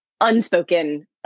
unspoken